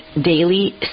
daily